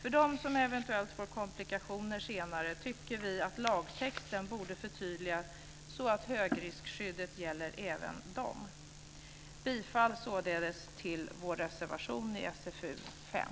För dem som eventuellt får komplikationer senare tycker vi att lagtexten borde förtydligas så att högriskskyddet gäller även dem. Jag yrkar således bifall till vår reservation i SfU5.